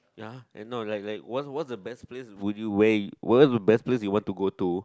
ya aye no like like what's what's the best place would you where what's the best place you want to go to